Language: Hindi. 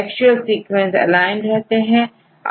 एक्चुअल सीक्वेंस एलाइन रहते हैं